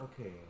Okay